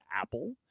Apple